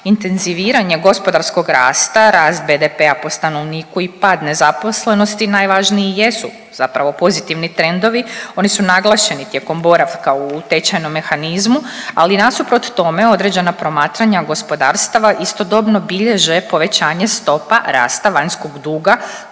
Intenziviranje gospodarskog rasta, rast BDP-a po stanovniku i pad nezaposlenosti najvažniji jesu zapravo pozitivni trendovi. Oni su naglašeni tijekom boravka u tečajnom mehanizmu, ali nasuprot tome određena promatranja gospodarstava istodobno bilježe povećanje stopa rasta vanjskog duga kao i negativne